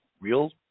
real